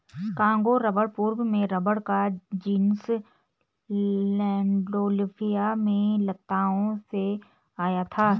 Congo rubber पूर्व में rubber का जीनस लैंडोल्फिया में लताओं से आया था